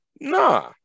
nah